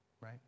right